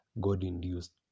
God-induced